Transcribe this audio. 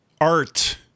art